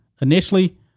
Initially